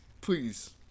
please